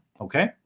okay